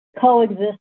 coexist